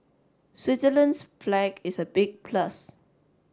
Switzerland's flag is a big plus